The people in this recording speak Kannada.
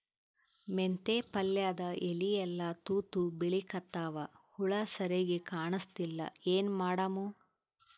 ಮೆಂತೆ ಪಲ್ಯಾದ ಎಲಿ ಎಲ್ಲಾ ತೂತ ಬಿಳಿಕತ್ತಾವ, ಹುಳ ಸರಿಗ ಕಾಣಸ್ತಿಲ್ಲ, ಏನ ಮಾಡಮು?